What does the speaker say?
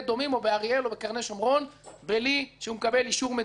באריאל או בקרני שומרון בלי שהוא מקבל אישור מדיני.